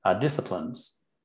disciplines